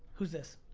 who's this?